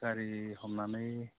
गारि हमनानै